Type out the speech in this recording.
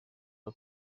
all